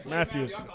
Matthews